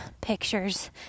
pictures